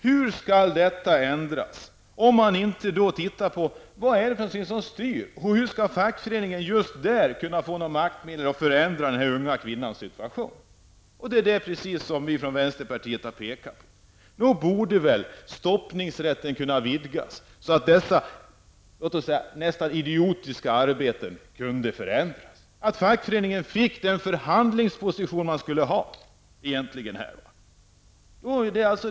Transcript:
Hur skall sådant ändras, om man inte ser till vad som styr? Hur skall fackföreningen just på det företaget kunna få maktmedel att förändra den unga kvinnans situation? Det är sådant som vi från vänsterpartiet har pekat på. Nog borde väl stoppningsrätten kunna vidgas, så att dessa idiotiska arbeten kan förändras? Fackföreningen måste få den förhandlingsposition som krävs här.